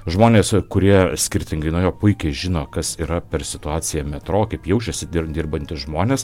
žmonės kurie skirtingai nuo jo puikiai žino kas yra per situacija metro kaip jaučiasi dirbantys žmonės